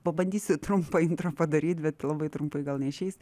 pabandysiu trumpą intro padaryt bet labai trumpai gal neišeis